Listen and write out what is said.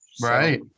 Right